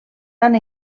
tant